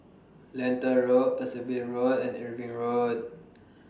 Lentor Road Percival Road and Irving Road